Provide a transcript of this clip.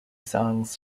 songs